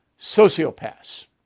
sociopaths